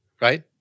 right